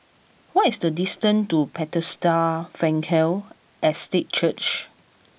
what is the distance to Bethesda Frankel Estate Church